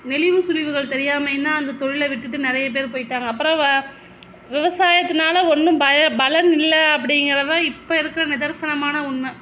நெளிவு சுளிவுகள் தெரியாமையும்தான் அந்த தொழிலை விட்டுவிட்டு நிறைய பேர் போய்ட்டாங்க அப்பறம் விவசாயத்தினால ஒன்றும் பலன் இல்லை அப்டிங்கிறதுதான் இப்போ இருக்கிற நிதர்சனமான உண்மை